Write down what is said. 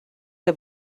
que